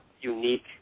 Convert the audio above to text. unique